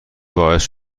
باعث